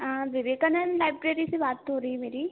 दीदी कनन लाइब्रेरी से बात हो रही है